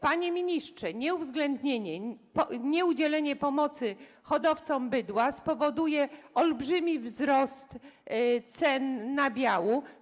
Panie ministrze, nieuwzględnienie, nieudzielenie pomocy hodowcom bydła spowoduje olbrzymi wzrost cen nabiału.